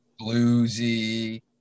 bluesy